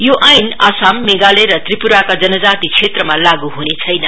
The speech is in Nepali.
यो ऐन आसाम मेघालय र त्रिपुराका जनजाति क्षेत्रमा लागु हुने छैन